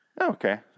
Okay